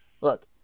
look